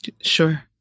Sure